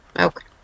Okay